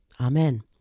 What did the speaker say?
amen